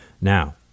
Now